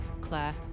Claire